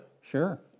Sure